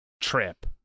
trip